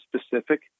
specific